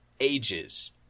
ages